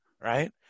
right